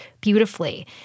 beautifully